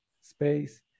space